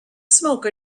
smoke